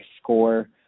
score